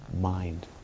Mind